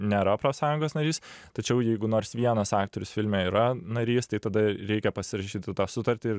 nėra profsąjungos narys tačiau jeigu nors vienas aktorius filme yra narystėj tada reikia pasirašyti tą sutartį ir